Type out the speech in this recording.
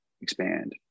expand